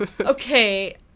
Okay